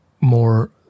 more